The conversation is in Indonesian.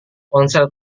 ponsel